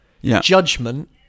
Judgment